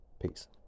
Peace